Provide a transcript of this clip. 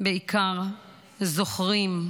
בעיקר זוכרים,